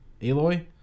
Aloy